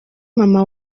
mama